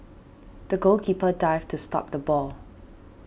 the goalkeeper dived to stop the ball